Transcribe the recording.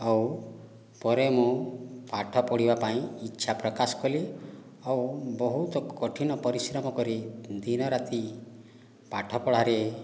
ଆଉ ପରେ ମୁଁ ପାଠ ପଢ଼ିବା ପାଇଁ ଇଚ୍ଛା ପ୍ରକାଶ କଲି ଆଉ ବହୁତ କଠିନ ପରିଶ୍ରମ କରି ଦିନ ରାତି ପାଠପଢ଼ାରେ